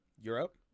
Europe